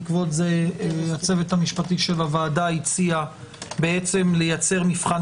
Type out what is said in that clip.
בעקבות זה הצוות המשפטי של הוועדה הציע לייצר מבחן